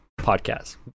podcast